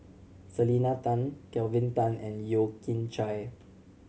Selena Tan Kelvin Tan and Yeo Kian Chye